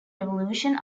revolution